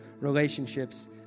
relationships